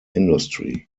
industry